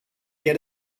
get